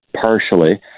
partially